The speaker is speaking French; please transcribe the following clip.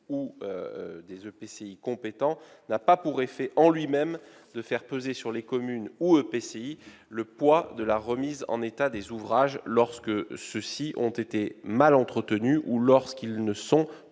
ou des EPCI compétents n'a pas pour effet, en lui-même, de faire peser sur les communes ou EPCI le poids de la remise en état des ouvrages lorsque ceux-ci ont été mal entretenus ou lorsqu'ils ne sont plus